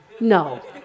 No